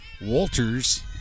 Walters